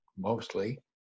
mostly